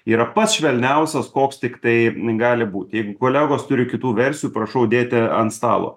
yra pats švelniausias koks tiktai gali būt jeigu kolegos turi kitų versijų prašau dėti ant stalo